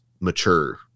mature